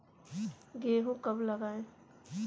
गेहूँ कब लगाएँ?